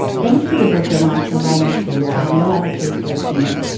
thanks to the book that launched her writing career. i know why the caged bird sings.